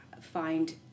find